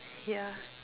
yeah